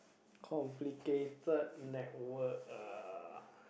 complicated network uh